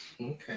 Okay